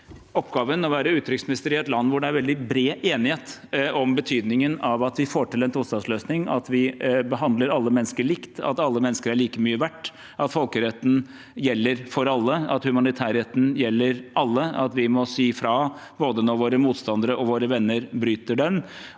oppgaven å være utenriksminister i et land hvor det er veldig bred enighet om betydningen av at vi får til en tostatsløsning, at vi behandler alle mennesker likt, at alle mennesker er like mye verdt, at folkeretten gjelder for alle, at humanitærretten gjelder for alle, og at vi må si fra både når våre motstandere og når våre venner bryter den.